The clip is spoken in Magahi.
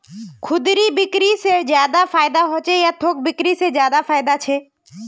खुदरा बिक्री से ज्यादा फायदा होचे या थोक बिक्री से ज्यादा फायदा छे?